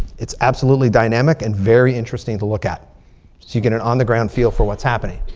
it's absolutely dynamic and very interesting to look at. so you get an on the ground feel for what's happening.